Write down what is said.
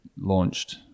launched